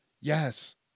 Yes